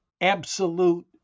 absolute